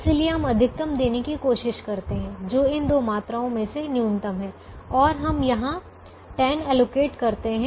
इसलिए हम अधिकतम देने की कोशिश करते हैं जो इन दो मात्राओं में से न्यूनतम है और हम यहां 10 आवंटित करते हैं